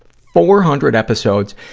four hundred episodes,